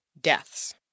deaths